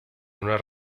una